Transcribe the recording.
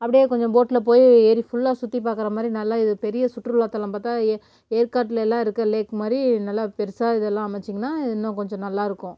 அப்படியே கொஞ்சம் போட்டில் போய் ஏரி ஃபுல்லாக சுற்றி பார்க்குற மாதிரி நல்லா இது பெரிய சுற்றுலாதலம் பார்த்தா ஏற்காட்லெயெல்லாம் இருக்கற லேக் மாதிரி நல்லா பெருசாக இதெல்லாம் அமைச்சிங்கன்னா இன்னும் கொஞ்சம் நல்லா இருக்கும்